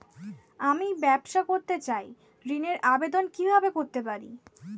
আমি ব্যবসা করতে চাই ঋণের আবেদন কিভাবে করতে পারি?